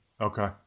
Okay